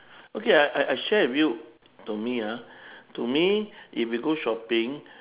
okay I I I share with you to me ah to me if you go shopping